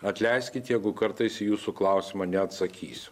atleiskit jeigu kartais į jūsų klausimą neatsakysiu